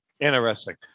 Interesting